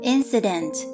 Incident